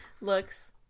looks